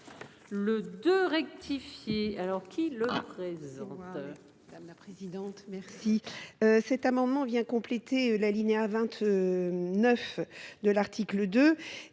Le 2 rectifier alors qu'qui le présente.